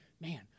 man